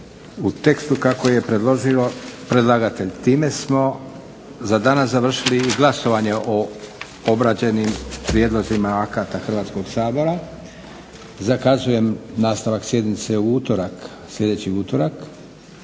u tekstu kako je predložio predlagatelj. Time smo za danas završili i glasovanje o obrađenim prijedlozima akata Hrvatskog sabora. Zakazujem nastavak sjednice u utorak, sljedeći utorak